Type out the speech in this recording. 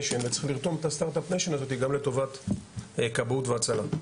וצריך לרתום את זה לטובת כבאות והצלה.